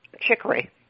chicory